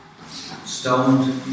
Stoned